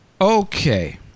Okay